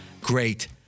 Great